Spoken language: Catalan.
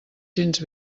gens